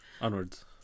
Onwards